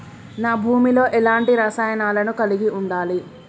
నా భూమి లో ఎలాంటి రసాయనాలను కలిగి ఉండాలి?